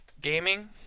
gaming